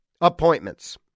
appointments